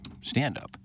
stand-up